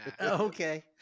okay